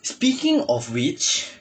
speaking of which